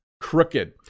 Crooked